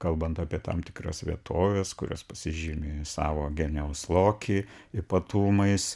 kalbant apie tam tikras vietoves kurios pasižymi savo genijaus loki ypatumais